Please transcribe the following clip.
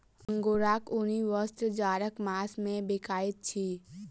अंगोराक ऊनी वस्त्र जाड़क मास मे बिकाइत अछि